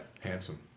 handsome